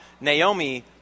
Naomi